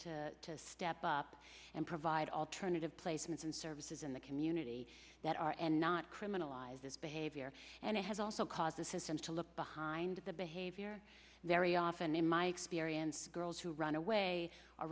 to step up and provide alternative placements and services in the community that are and not criminalize this behavior and it has also caused the systems to look behind the behavior very often in my experience girls who run away or